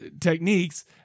techniques